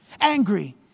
angry